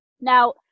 Now